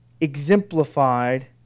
Exemplified